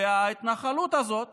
ההתנחלות הזאת